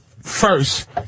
first